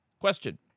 Question